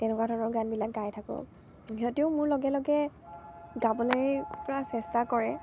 তেনেকুৱা ধৰণৰ গানবিলাক গাই থাকোঁ সিহঁতেও মোৰ লগে লগে গাবলৈ পুৰা চেষ্টা কৰে